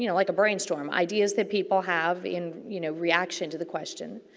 you know like a brain storm, ideas that people have in, you know, reaction to the question.